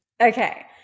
Okay